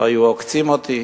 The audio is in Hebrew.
והיו עוקצים אותי.